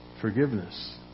forgiveness